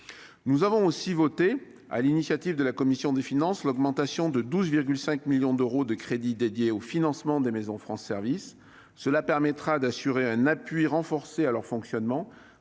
cubes d'eau. Sur l'initiative de la commission des finances, nous avons aussi voté l'augmentation de 12,5 millions d'euros des crédits dédiés au financement des maisons France Services. Cela permettra d'assurer un appui renforcé à leur fonctionnement,